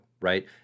right